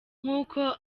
nk’uko